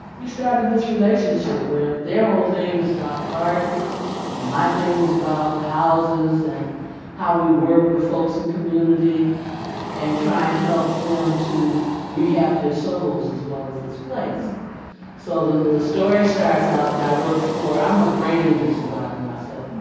we started this relationship where their whole thing was about the garden and my thing was about houses and how we work with folks in community and try and help them to rehab their souls as well as this place so the the story starts out that i worked for i'm a brain injury survivor myself.